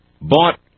bought